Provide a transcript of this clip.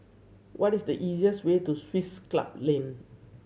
what is the easiest way to Swiss Club Lane